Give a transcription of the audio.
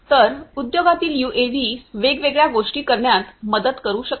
तर उद्योगातील यूएव्ही वेगवेगळ्या गोष्टी करण्यात मदत करू शकतात